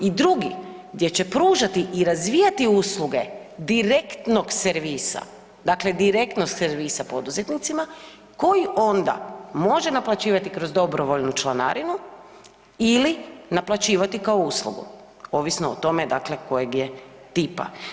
I drugi gdje će pružati i razvijati usluge direktnog servisa, dakle direktnog servisa poduzetnicima koji onda može naplaćivati kroz dobrovoljnu članarinu ili naplaćivati kao uslugu ovisno o tome dakle kojeg je tipa.